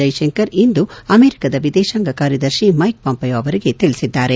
ಜೈಶಂಕರ್ ಇಂದು ಅಮೆರಿಕದ ವಿದೇಶಾಂಗ ಕಾರ್ಯದರ್ಶಿ ಮೈಕ್ ಪಾಂಪೆಯೊ ಅವರಿಗೆ ತಿಳಿಸಿದ್ದಾರೆ